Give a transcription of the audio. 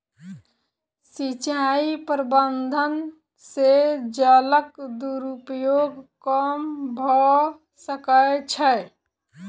सिचाई प्रबंधन से जलक दुरूपयोग कम भअ सकै छै